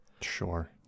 sure